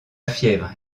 fièvre